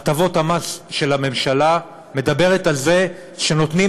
הטבות המס של הממשלה מדברת על זה שנותנים